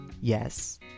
Yes